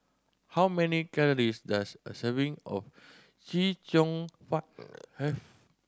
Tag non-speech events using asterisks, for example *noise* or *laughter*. how many calories does a serving of Chee Cheong Fun *noise* have